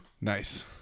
nice